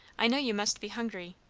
i know you must be hungry.